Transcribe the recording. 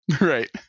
Right